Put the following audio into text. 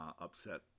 upset